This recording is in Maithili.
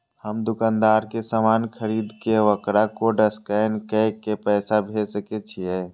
हम दुकानदार के समान खरीद के वकरा कोड स्कैन काय के पैसा भेज सके छिए?